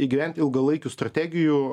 įgyventi ilgalaikių strategijų